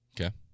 Okay